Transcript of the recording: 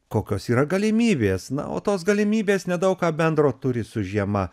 kokios yra galimybės na o tos galimybės nedaug ką bendro turi su žiema